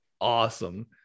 awesome